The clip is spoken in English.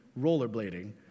rollerblading